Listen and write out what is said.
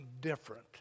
different